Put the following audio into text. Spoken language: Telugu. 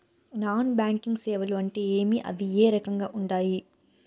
నాన్ బ్యాంకింగ్ సేవలు అంటే ఏమి అవి ఏ రకంగా ఉండాయి